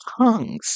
tongues